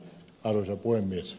arvoisa puhemies